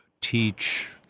teach